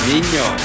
¡Niño